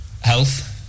Health